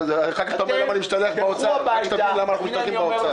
אחר כך אתה שואל למה אני משתלח במשרד האוצר ובחשב הכללי.